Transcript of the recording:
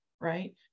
right